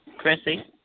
Chrissy